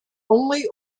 only